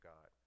God